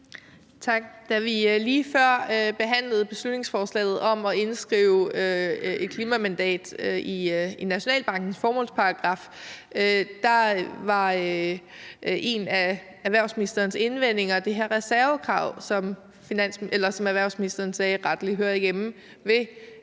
Tak. Da vi lige før behandlede beslutningsforslaget om at indskrive et klimamandat i Nationalbankens formålsparagraf, var en af erhvervsministerens indvendinger det her med reservekrav, som erhvervsministeren sagde rettelig hører hjemme ved